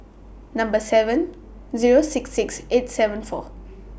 Number seven Zero six six eight seven four